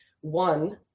one